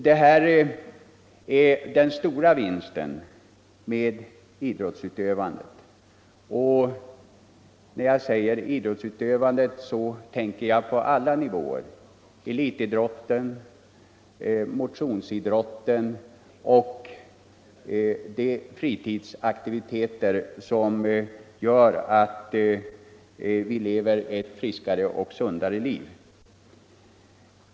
Detta är den stora vinsteri med idrottsutövandet, och när jag säger idrottsutövandet så tänker jag på alla nivåer: elitidrotten, motionsidrotten' och de övriga fritidsaktiviteter som gör att vi lever ett friskare och sundare liv.